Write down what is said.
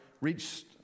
reached